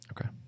okay